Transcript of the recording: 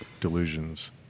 delusions